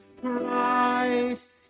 Christ